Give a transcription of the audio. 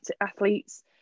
athletes